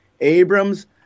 Abrams